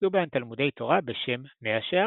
נוסדו בהן תלמודי תורה בשם "מאה שערים".